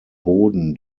boden